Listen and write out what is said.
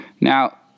Now